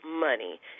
money